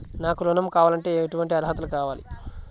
నాకు ఋణం కావాలంటే ఏటువంటి అర్హతలు కావాలి?